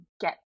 get